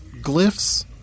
glyphs